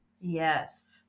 Yes